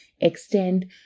extend